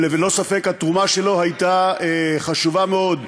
ללא ספק התרומה שלו הייתה חשובה מאוד,